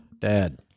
dad